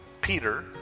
Peter